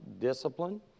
discipline